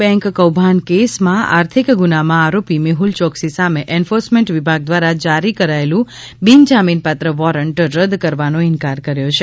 bank કૌભાંડ કેસમાં આર્થિક ગુનામાં આરોપી મેહ્લ ચોક્સી સામે એન્ફોર્સમેન્ટ વિભાગ દ્વારા જારી કરાયેલું બિન જામીનપાત્ર વોરંટ રદ કરવાનો ઇનકાર કર્યો છે